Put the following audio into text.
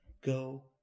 Go